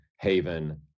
Haven